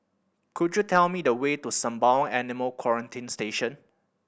could you tell me the way to Sembawang Animal Quarantine Station